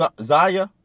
Zaya